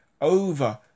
over